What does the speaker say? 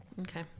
Okay